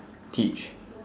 teach